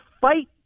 fight